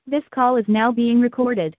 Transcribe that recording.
this call is now being recorded